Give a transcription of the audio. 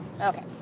Okay